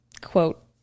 quote